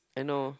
I know